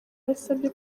yasabye